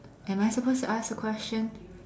am I supposed to ask the question